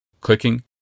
clicking